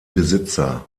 besitzer